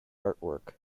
artwork